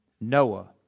Noah